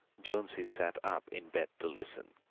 jonesy sat up in bed to listen.